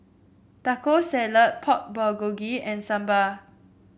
Taco Salad Pork Bulgogi and Sambar